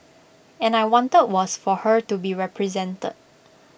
and I wanted was for her to be represented